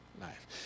life